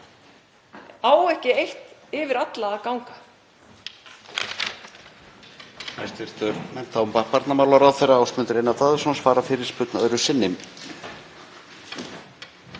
Á ekki eitt yfir alla að ganga?